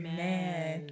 Amen